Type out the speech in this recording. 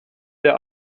der